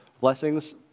Blessings